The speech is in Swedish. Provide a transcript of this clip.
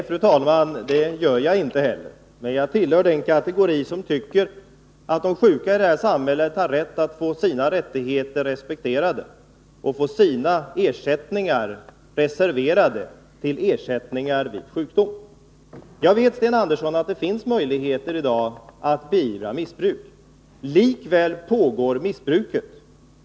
Fru talman! Nej, det gör jag inte heller. Men jag tillhör den kategori som tycker att de sjuka i det här samhället har rätt att få sina rättigheter respekterade och få sina sjukförsäkringsavgifter reserverade till ersättning vid sjukdom. Jag vet, Sten Andersson, att det finns möjligheter i dag att beivra missbruk. Likväl pågår missbruket.